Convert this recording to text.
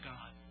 God